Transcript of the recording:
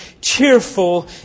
cheerful